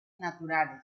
naturales